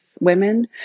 women